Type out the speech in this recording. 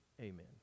Amen